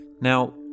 Now